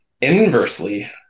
Inversely